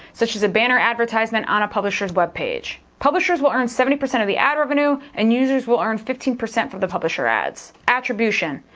such as a banner advertisement on a publishers web page. publishers will earn seventy percent of the ad revenue and users will earn fifteen percent for the publisher ads. attribution.